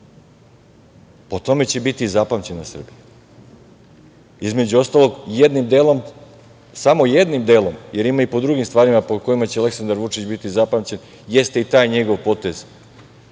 po tome će biti zapamćena Srbija. Između ostalog, samo jednim delom, jer ima i po drugim stvarima po kojima će Aleksandar Vučić biti zapamćen, jeste i taj njegov potez